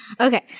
okay